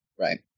Right